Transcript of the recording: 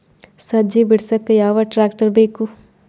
ಸಜ್ಜಿ ಬಿಡಸಕ ಯಾವ್ ಟ್ರ್ಯಾಕ್ಟರ್ ಬೇಕು?